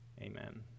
Amen